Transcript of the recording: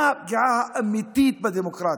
מה הפגיעה האמיתית בדמוקרטיה?